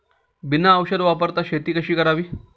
बिना औषध वापरता शेती कशी करावी?